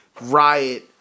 riot